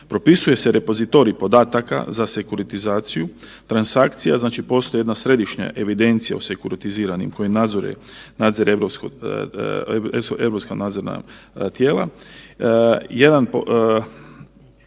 Propisuje se repozitorij podataka za sekuritizaciju, transakcija znači postoji jedna središnja evidencija u sekuritiziranim koji nadzire europska nadzorna tijela. Jedan